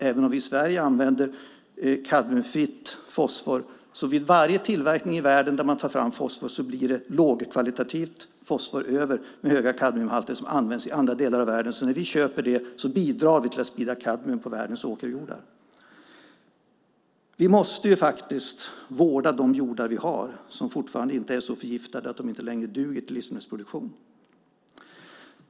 Även om vi i Sverige använder kadmiumfritt fosfor blir det vid varje tillverkning i världen då man tar fram fosfor lågkvalitativt fosfor över med höga kadmiumhalter som används i andra delar av världen. När vi köper kadmiumfritt fosfor bidrar vi alltså till att sprida kadmium på världens åkerjordar. Vi måste faktiskt vårda de jordar vi har som fortfarande inte är så förgiftade att de inte längre duger till livsmedelsproduktion.